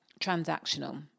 transactional